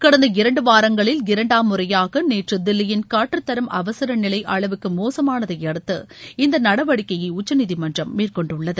கடந்த இரண்டு வாரங்களில் இரண்டாம் முறையாக நேற்று தில்லியின் காற்றுத்தரம் அவசரநிலை அளவுக்கு மோசமானதை அடுத்து இந்த நடவடிக்கையை உச்சநீதிமன்றம் மேற்கொண்டுள்ளது